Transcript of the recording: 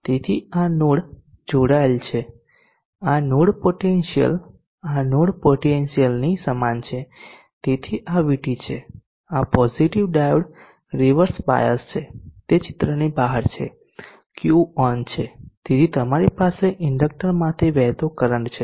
તેથી આ નોડ જોડાયેલ છે આ નોડ પોટેન્શિયલ આ નોડ પોટેન્શિયલની સમાન છે તેથી આ VT છે આ પોઝીટીવ ડાયોડ રીવર્સ બાયસ છે તે ચિત્રની બહાર છે Q ઓન છે તેથી તમારી પાસે ઇન્ડક્ટરમાંથી વહેતો કરંટ છે